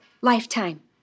lifetime